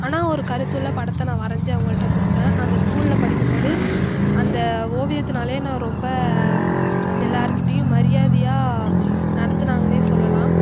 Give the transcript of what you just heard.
ஆனால் ஒரு கருத்துள்ள படத்தை நான் வரைஞ்சு அவங்கள்ட்ட கொடுத்தேன் அந்த ஸ்கூலில் படிக்கும்போது அந்த ஓவியத்தினாலயே நான் ரொம்ப எல்லோர்க்கிட்டயும் மரியாதையாக நடத்துனாங்கன்னே சொல்லலாம்